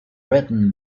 written